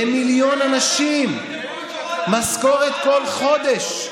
למיליון אנשים משכורת כל חודש.